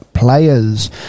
players